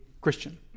Christian